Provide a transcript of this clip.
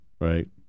right